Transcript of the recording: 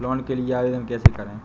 Loan के लिए आवेदन कैसे करें?